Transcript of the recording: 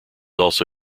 also